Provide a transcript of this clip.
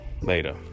Later